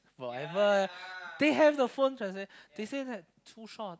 forever they have the phone transaction they say that too short